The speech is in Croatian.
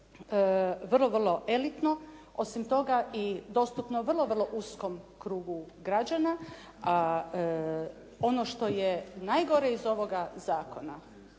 vrlo, vrlo elitno. Osim toga i dostupno vrlo, vrlo uskom krugu građana. A ono što je najgore iz ovoga zakona